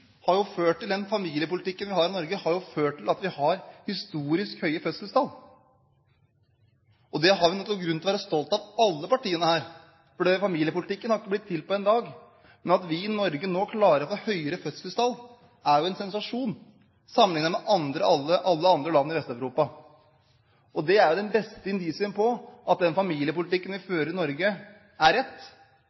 ført til at vi har historisk høye fødselstall. Det har alle partiene her grunn til å være stolte av, for familiepolitikken har ikke blitt til på én dag. At vi i Norge nå klarer å få høyere fødselstall sammenlignet med alle andre land i Vest-Europa, er en sensasjon. Og det er jo det beste indisiet på at den familiepolitikken vi fører i Norge, er rett,